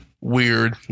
weird